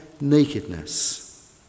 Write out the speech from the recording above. nakedness